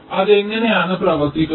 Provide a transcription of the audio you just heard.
അതെങ്ങനെയാണ് പ്രവര്ത്തിക്കുന്നത്